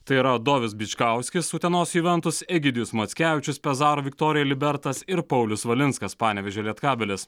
tai yra dovis bičkauskis utenos juventus egidijus mockevičius pezaro viktorija libertas ir paulius valinskas panevėžio lietkabelis